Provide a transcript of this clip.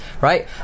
right